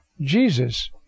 Jesus